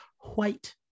white